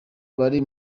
bari